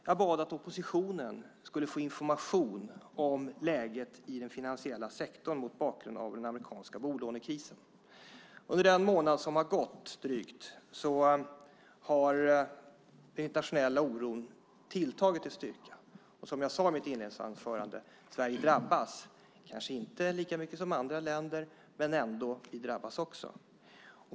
Jag bad att oppositionen skulle få information om läget i den finansiella sektorn mot bakgrund av den amerikanska bolånekrisen. Under den dryga månad som har gått har den internationella oron tilltagit i styrka. Som jag sade i mitt inledningsanförande drabbas Sverige, kanske inte lika mycket som andra länder men vi drabbas också.